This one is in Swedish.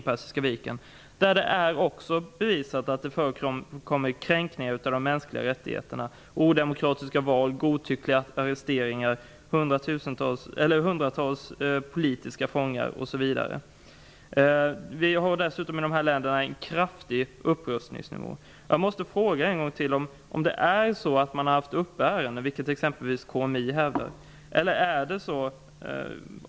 Där är det också bevisat att det förekommer kränkningar av de mänskliga rättigheterna, odemokratiska val, godtyckliga arresteringar, hundratals politiska fångar osv. I de här länderna har man dessutom en kraftig upprustningsnivå. Jag måste fråga en gång till om man har haft dessa ärenden uppe, vilket t.ex. KMI hävdar.